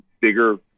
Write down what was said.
bigger